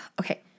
okay